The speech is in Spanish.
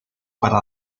para